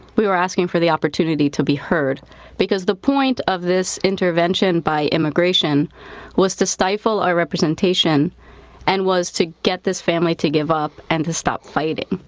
we were asking for the opportunity to be heard because the point of this intervention by immigration was to stifle our representation and was to get this family to give up and to stop fighting.